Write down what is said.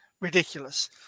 ridiculous